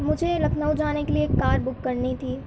مجھے لکھنؤ جانے کے لیے ایک کار بک کرنی تھی